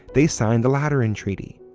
they signed the lateran treaty.